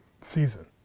season